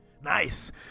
nice